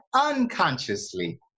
unconsciously